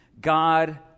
God